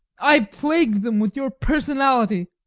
i plagued them with your personality,